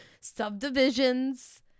subdivisions